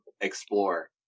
explore